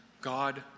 God